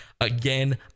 Again